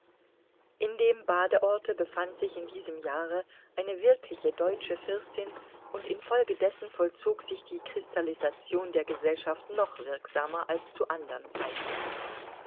in dem badeorte befand sich in diesem jahre eine wirkliche deutsche fürstin und infolgedessen vollzog sich die kristallisation der gesellschaft noch wirksamer als zu andern zeiten